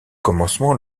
commencement